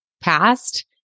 past